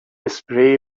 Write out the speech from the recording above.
اسپری